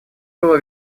было